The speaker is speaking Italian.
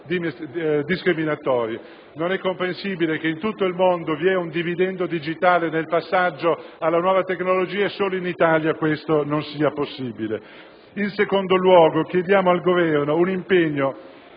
Non è comprensibile che in tutto il mondo vi sia un dividendo digitale nel passaggio alla nuova tecnologia e solo in Italia questo non sia possibile. In secondo luogo, chiediamo al Governo un impegno